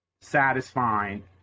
satisfying